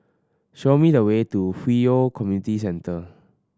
show me the way to Hwi Yoh Community Centre